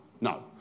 No